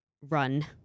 run